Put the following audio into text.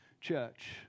church